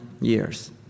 years